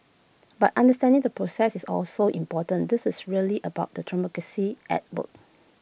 but understanding the process is also important this is really about the democracy at work